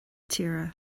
tíre